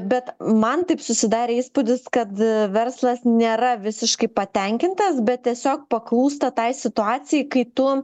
bet man taip susidarė įspūdis kad verslas nėra visiškai patenkintas bet tiesiog paklūsta tai situacijai kai tu